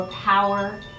power